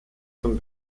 zum